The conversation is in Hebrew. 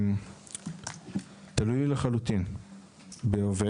שזקוק לעזרה 24/7,